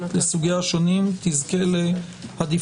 מגדרית על סוגיה השונים תזכה לעדיפות.